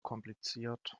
kompliziert